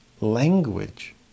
language